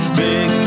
big